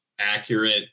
accurate